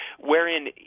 wherein